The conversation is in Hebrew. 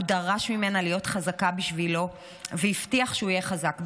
הוא דרש ממנה להיות חזקה בשבילו והבטיח שהוא יהיה חזק בשבילה.